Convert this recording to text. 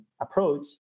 approach